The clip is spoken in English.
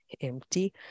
Empty